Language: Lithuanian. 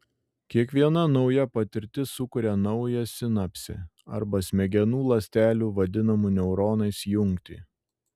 kiekviena nauja patirtis sukuria naują sinapsę arba smegenų ląstelių vadinamų neuronais jungtį